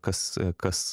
kas kas